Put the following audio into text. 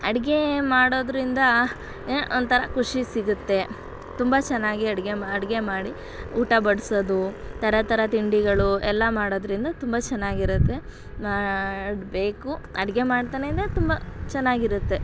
ಅಡುಗೆ ಮಾಡೋದರಿಂದ ಏನೋ ಒಂಥರ ಖುಷಿ ಸಿಗುತ್ತೆ ತುಂಬ ಚೆನ್ನಾಗಿ ಅಡುಗೆ ಮಾ ಅಡುಗೆ ಮಾಡಿ ಊಟ ಬಡಿಸೋದು ಥರ ಥರ ತಿಂಡಿಗಳು ಎಲ್ಲ ಮಾಡೋದರಿಂದ ತುಂಬ ಚೆನ್ನಾಗಿರುತ್ತೆ ಮಾಡಬೇಕು ಅಡುಗೆ ಮಾಡ್ತಾನೆ ಇದ್ದರೆ ತುಂಬ ಚೆನ್ನಾಗಿರುತ್ತೆ